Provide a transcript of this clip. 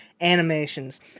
animations